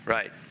Right